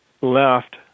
left